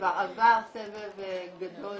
עבר סבב גדול